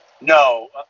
No